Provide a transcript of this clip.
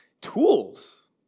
tools